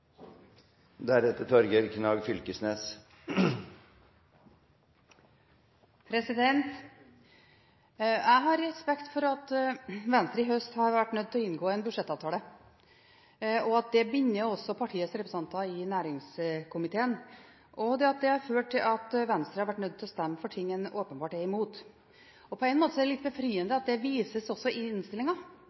Jeg har respekt for at Venstre i høst har vært nødt til å inngå en budsjettavtale, at det binder partiets representanter i næringskomiteen, og at det har ført til at Venstre har vært nødt til å stemme for ting en åpenbart er imot. På en måte er det litt befriende at det også vises i